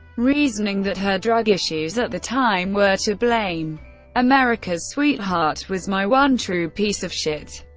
reasoning that her drug issues at the time were to blame america's sweetheart was my one true piece of shit.